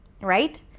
right